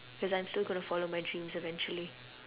cause I'm still gonna follow my dreams eventually